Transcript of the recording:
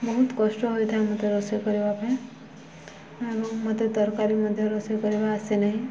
ବହୁତ କଷ୍ଟ ହୋଇଥାଏ ମୋତେ ରୋଷେଇ କରିବା ପାଇଁ ଏବଂ ମୋତେ ତରକାରୀ ମଧ୍ୟ ରୋଷେଇ କରିବା ଆସେ ନାହିଁ